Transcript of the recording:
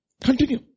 Continue